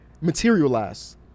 materialize